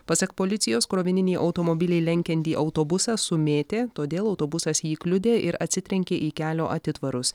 pasak policijos krovininį automobilį lenkiantį autobusą sumėtė todėl autobusas jį kliudė ir atsitrenkė į kelio atitvarus